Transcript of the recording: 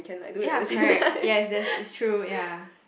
ya correct yes that's is true ya